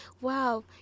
wow